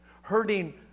hurting